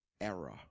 error